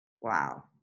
Wow